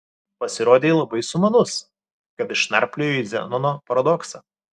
pasirodei labai sumanus kad išnarpliojai zenono paradoksą